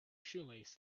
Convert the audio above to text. shoelace